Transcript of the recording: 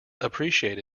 appreciate